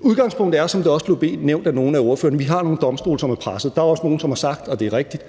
Udgangspunktet er, som det også blev nævnt af nogle af ordførerne, at vi har nogle domstole, som er pressede. Der er også nogle, som har sagt – og det er rigtigt: